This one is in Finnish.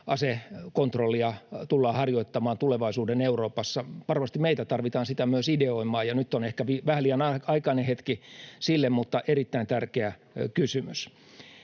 asekontrollia tullaan harjoittamaan tulevaisuuden Euroopassa. Varmasti meitä tarvitaan sitä myös ideoimaan, ja nyt on ehkä vähän liian aikainen hetki sille, mutta erittäin tärkeä kysymys.